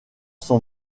son